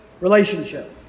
relationship